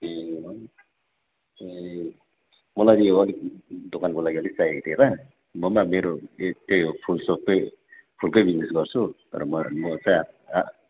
ए है ए मलाई चाहिँ अलिक दोकानको लागि अलिक चाहिएको थियो त मेरो पनि त्यही फुल सपकै फुल कै बिजनेस गर्छु तर म चाहिँ